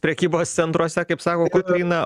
prekybos centruose kaip sako kotryna